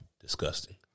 Disgusting